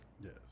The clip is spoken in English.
Yes